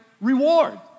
reward